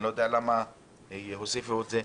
אני לא יודע למה הוסיפו את זה.